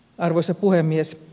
arvoisa puhemies